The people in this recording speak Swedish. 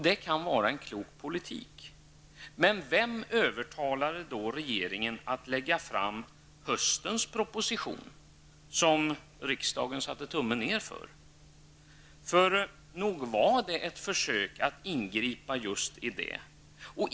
Det kan vara en klok politik. Vem övertalade då regeringen att lägga fram höstens proposition, som riksdagen satte tummen ner för? Nog var det ett försök att ingripa.